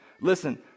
Listen